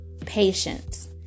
patience